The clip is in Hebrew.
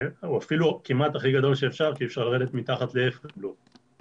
הוא אפילו כמעט הכי גדול שאפשר כי אי אפשר לרדת מתחת לאפס בלו.